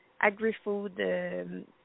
agri-food